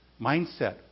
mindset